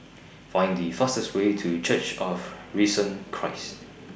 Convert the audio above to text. Find The fastest Way to Church of The Risen Christ